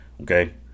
okay